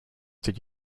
did